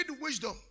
wisdom